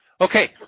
Okay